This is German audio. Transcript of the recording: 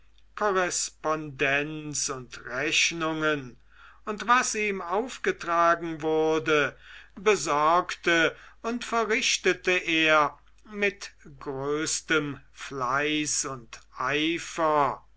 korrespondenz und rechnungen und was ihm aufgetragen wurde besorgte und verrichtete er mit größtem fleiß und eifer